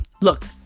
Look